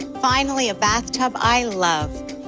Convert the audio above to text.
finally a bath tub, i love.